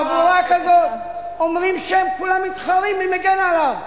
חבורה כזאת, אומרים שם וכולם מתחרים מי מגן עליו.